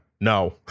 No